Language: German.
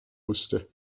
musste